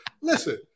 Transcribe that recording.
Listen